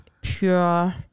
pure